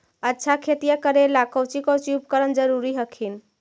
अच्छा खेतिया करे ला कौची कौची उपकरण जरूरी हखिन?